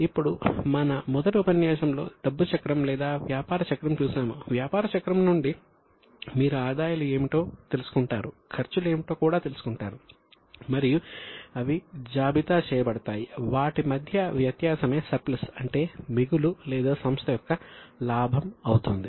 ఇప్పుడు మన మొదటి ఉపన్యాసంలో డబ్బు చక్రం లేదా వ్యాపార చక్రం అంటే మిగులు లేదా సంస్థ యొక్క లాభం అవుతుంది